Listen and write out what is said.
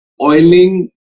oiling